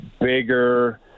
bigger